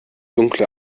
dunkle